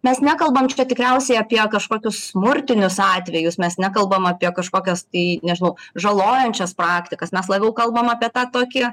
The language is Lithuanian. mes nekalbam čia tikriausiai apie kažkokius smurtinius atvejus mes nekalbam apie kažkokias tai nežinau žalojančias praktikas mes labiau kalbam apie tą tokį